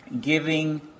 giving